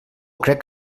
crec